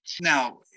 Now